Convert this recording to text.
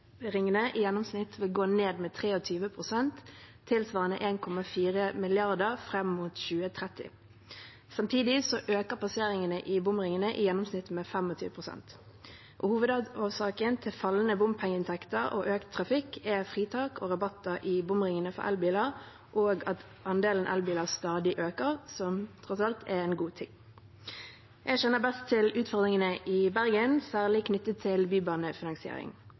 i gjennomsnitt vil gå ned med 23 pst., tilsvarende 1,4 mrd. kr, fram mot 2030. Samtidig øker passeringene i bomringene i gjennomsnitt med 25 pst. Hovedårsaken til fallende bompengeinntekter og økt trafikk er fritak og rabatter i bomringene for elbiler og at andelen elbiler stadig øker, noe som tross alt er en god ting. Jeg kjenner best til utfordringene i Bergen, særlig knyttet til bybanefinansiering.